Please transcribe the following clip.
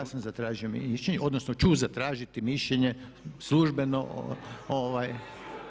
Ja sam zatražio mišljenje, odnosno ću zatražiti mišljenje službeno.